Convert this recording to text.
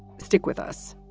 stick with us